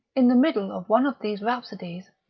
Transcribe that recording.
in the middle of one of these rhapsodies,